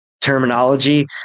terminology